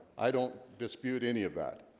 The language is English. i don't dispute any of that.